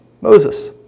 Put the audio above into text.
Moses